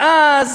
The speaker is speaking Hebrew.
ואז